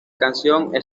canción